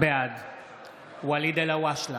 בעד ואליד אלהואשלה,